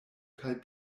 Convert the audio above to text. kaj